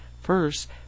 first